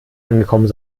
angekommen